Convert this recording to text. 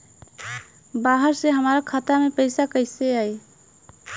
बाहर से हमरा खाता में पैसा कैसे आई?